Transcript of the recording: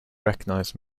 recognise